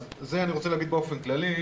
את זה אני רוצה להגיד באופן כללי.